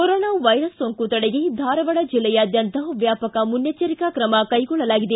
corona virus ಸೋಂಕು ತಡೆಗೆ ಧಾರವಾಡ ಜಿಲ್ಲೆಯಾದ್ಯಂತ ವ್ಯಾಪಕ ಮುನ್ನೆಚ್ಲರಿಕಾ ಕ್ರಮ ಕೈಗೊಳ್ಳಲಾಗಿದೆ